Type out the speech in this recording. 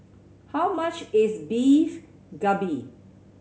how much is Beef Galbi